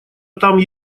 там